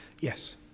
Yes